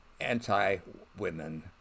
anti-women